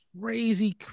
crazy